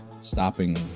stopping